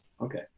Okay